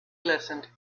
listened